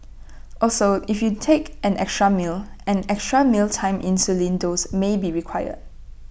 also if you take an extra meal an extra mealtime insulin dose may be required